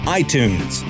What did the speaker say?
iTunes